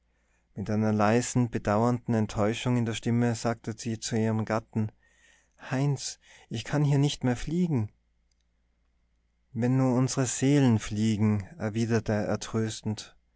mit einer leisen bedauernden enttäuschung in der stimme sagte sie zu ihrem gatten heinz hier kann ich nicht mehr fliegen wenn nur unsere seelen fliegen erwiderte er tröstend